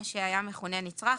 מה שהיה מכונה נצרך,